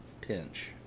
Pinch